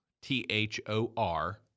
T-H-O-R